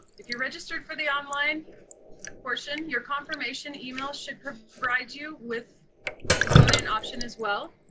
if you're registered for the online portion, your confirmation email should provide you with the phone-in option as well.